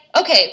okay